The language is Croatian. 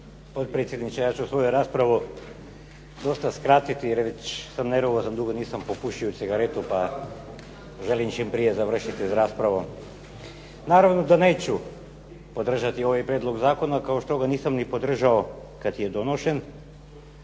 potpredsjedniče. Ja ću svoju raspravu dosta skratiti, jer sam već nervozan, dugo nisam popušio cigaretu. Želim čim prije završiti raspravu. Naravno da neću podržati ovaj prijedlog zakona, kao što ga nisam ni podržao kada je donošen.